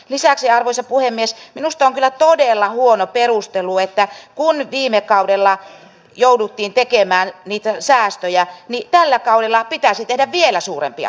lisäksi arvoisa puhemies minusta on kyllä todella huono perustelu että kun viime kaudella jouduttiin tekemään niitä säästöjä niin tällä kaudella pitäisi tehdä vielä suurempia säästöjä